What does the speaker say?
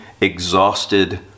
exhausted